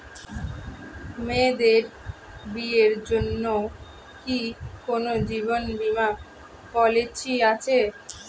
মেয়েদের বিয়ের জন্য কি কোন জীবন বিমা পলিছি আছে?